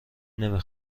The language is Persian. نمی